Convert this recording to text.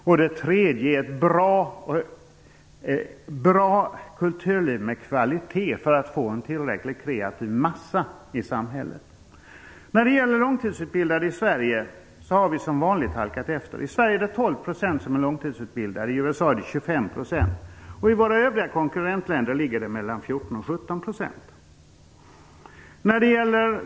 Dessutom behöver vi ett bra kulturliv med kvalitet för att få en tillräckligt kreativ massa i samhället. Vi har i Sverige som vanligt halkat efter när det gäller långtidsutbildade. I Sverige är 12 % långtidsutbildade, i USA är det 25 %. I våra övriga konkurrentländer ligger siffran mellan 14 % och 17 %.